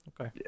okay